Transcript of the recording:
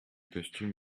costume